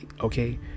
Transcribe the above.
okay